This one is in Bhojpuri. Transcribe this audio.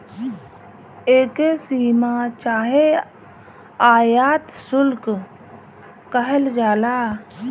एके सीमा चाहे आयात शुल्क कहल जाला